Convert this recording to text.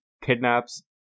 kidnaps